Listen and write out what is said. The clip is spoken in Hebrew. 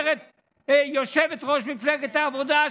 אומרת יושבת-ראש מפלגת העבודה,